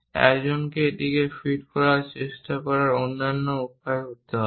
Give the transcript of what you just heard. একজনকে এটিকে ফিট করার চেষ্টা করার অন্যান্য উপায় করতে হবে